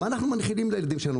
מה אנחנו מנחילים לילדים שלנו,